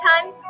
time